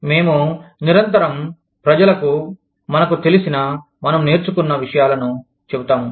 మేము నిరంతరం ప్రజలకు మనకు తెలిసిన మనం నేర్చుకున్న విషయాలను చెబుతాము